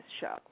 show